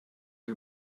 wie